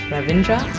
Ravindra